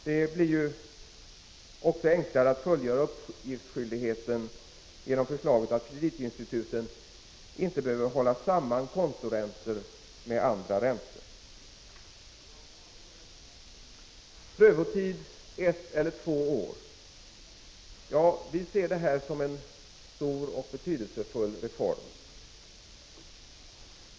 Det blir också enklare att fullgöra uppgiftsskyldigheten genom förslaget att kreditinstituten inte behöver hålla samman kontoräntor med andra räntor. Prövotid ett eller två år? Vi ser det här som en stor och betydelsefull reform.